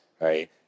right